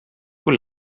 hoe